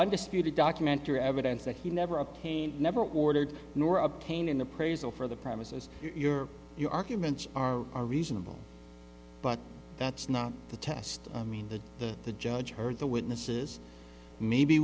undisputed documentary evidence that he never a cane never ordered nor obtain an appraisal for the premises your arguments are are reasonable but that's not the test i mean that the the judge heard the witnesses maybe